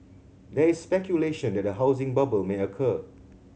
there is speculation that a housing bubble may occur